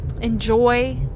Enjoy